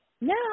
No